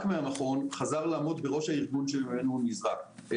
מן המכון חזר לעמוד בראש הארגון שממנו הוא נזרק.